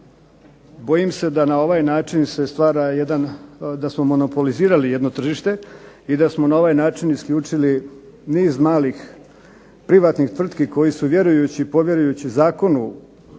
bojim se da na ovaj način se stvari jedan da smo monopolizirali jedno tržište i da smo na ovaj način isključili niz malih privatnih tvrtki koje su vjerujući, povjerujući zakonu